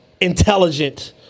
intelligent